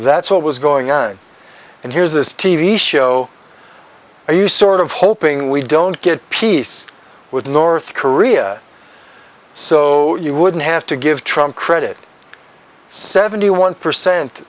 that's what was going on and here's this t v show where you sort of hoping we don't get peace with north korea so you wouldn't have to give trump credit seventy one percent